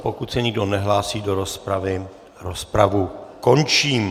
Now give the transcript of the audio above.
Pokud se nikdo nehlásí do rozpravy, rozpravu končím.